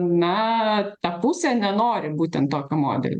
na ta pusė nenori būtent tokio modelio